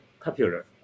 popular